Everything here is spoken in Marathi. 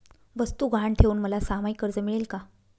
वस्तू गहाण ठेवून मला सहामाही कर्ज मिळेल का?